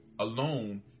alone